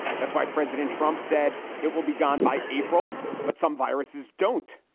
that's why president trump said it will be gone by april. but some viruses don't.